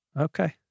Okay